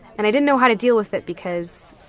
and i didn't know how to deal with it because